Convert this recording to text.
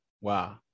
Wow